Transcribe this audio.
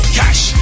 cash